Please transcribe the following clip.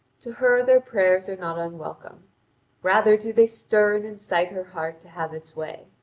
to her their prayers are not unwelcome rather do they stir and incite her heart to have its way.